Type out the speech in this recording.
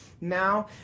now